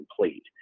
complete